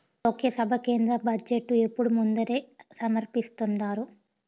లోక్సభల కేంద్ర బడ్జెటు ఎప్పుడూ ముందరే సమర్పిస్థాండారు